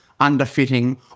underfitting